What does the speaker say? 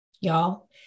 Y'all